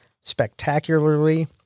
spectacularly